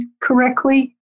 correctly